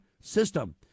system